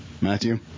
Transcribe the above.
Matthew